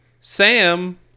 Sam